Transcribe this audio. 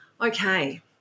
Okay